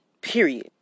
Period